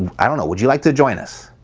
i don't know, would you like to join us?